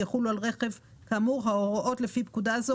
ויחולו על רכב כאמור ההוראות לפי פקודה זו,